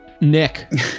Nick